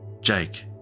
Jake